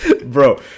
bro